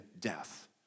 death